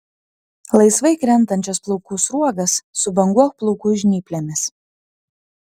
laisvai krentančias plaukų sruogas subanguok plaukų žnyplėmis